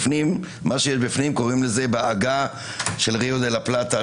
למה שיש בפנים קוראים בעגה של ריו דה לה פלטה,